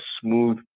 smooth